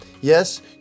Yes